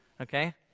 Okay